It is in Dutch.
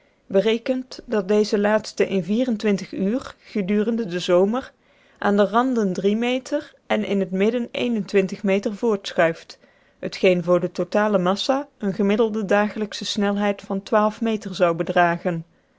berekent dat deze laatste in uren gedurende den zomer aan de randen drie meter en in het midden meter voortschuift t geen voor de totale massa eene gemiddelde dagelijksche snelheid van meter zou bedragen